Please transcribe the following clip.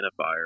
identifier